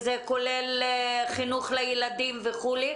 חינוך לילדים וכולי?